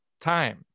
time